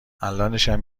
الانشم